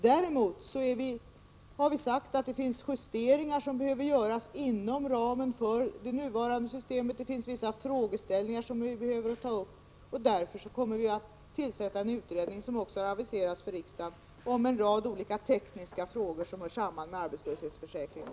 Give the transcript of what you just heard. Däremot har vi sagt att det behöver göras justeringar inom ramen för det nuvarande systemet — det finns vissa frågeställningar som behöver tas upp. Av den anledningen kommer vi att tillsätta en utredning, såsom aviserats för riksdagen, om en rad tekniska frågor som hör samman med arbetslöshetsförsäkringen.